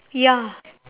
ya